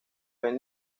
ven